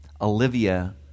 Olivia